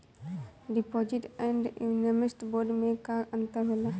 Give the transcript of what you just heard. Deposit and investment bond मे का अंतर होला?